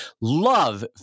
love